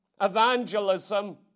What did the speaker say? evangelism